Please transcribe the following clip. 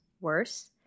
worse